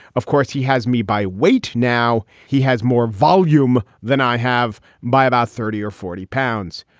of course, he has me by weight. now he has more volume than i have by about thirty or forty pounds.